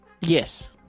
Yes